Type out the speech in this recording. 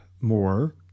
more